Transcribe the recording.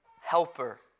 helper